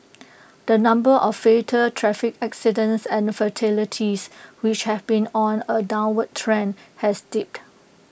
the number of fatal traffic accidents and fatalities which has been on A downward trend has dipped